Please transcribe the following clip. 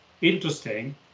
interesting